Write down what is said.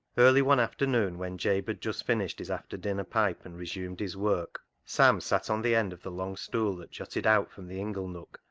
early one afternoon, when jabe had just finished his after-dinner pipe and resumed his work, sam sat on the end of the long stool that jutted out from the ingle-nook,